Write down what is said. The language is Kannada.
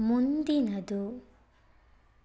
ಮುಂದಿನದು